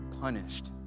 punished